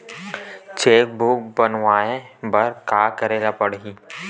Cheque book बनवाय बर का करे ल पड़हि?